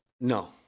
No